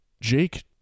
Jake